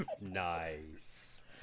Nice